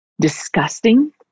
disgusting